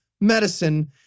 medicine